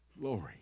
glory